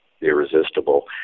irresistible